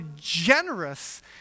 generous